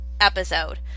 episode